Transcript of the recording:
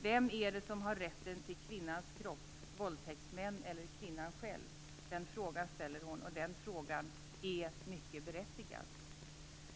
Vem är det som har rätten till kvinnans kropp, våldtäktsmän eller kvinnan själv? Den frågan ställer Ulla Hoffmann, och den frågan är mycket berättigad.